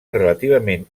relativament